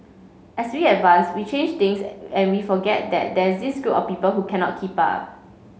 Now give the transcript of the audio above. as we advance we change things and we forget that there's this group of people who cannot keep up